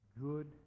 good